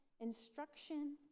instruction